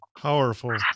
powerful